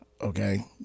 okay